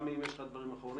האם יש לך דברים אחרונים?